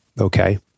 okay